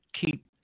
keep